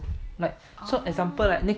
like so example like